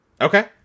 Okay